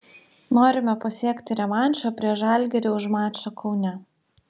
norime pasiekti revanšą prieš žalgirį už mačą kaune